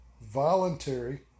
voluntary